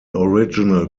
original